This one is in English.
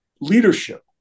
leadership